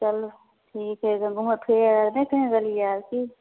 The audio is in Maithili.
चलू ठीक है तऽ घूमे फिरे लऽ नहि कहीँ गेलियै हँ की